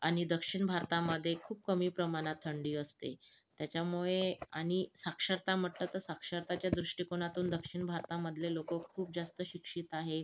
आणि दक्षिण भारतामध्ये खूप कमी प्रमाणात थंडी असते त्याच्यामुळे आणि साक्षरता म्हटलं तर साक्षरतेच्या दृष्टिकोनातून दक्षिण भारतामधले लोक खूप जास्त शिक्षित आहे